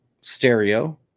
stereo